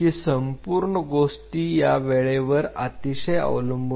तरी संपूर्ण गोष्टी यावेळेवर अतिशय अवलंबून आहे